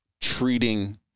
treating